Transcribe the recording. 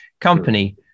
company